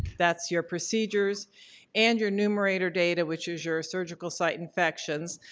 that's your procedures and your numerator data which is your surgical site infections.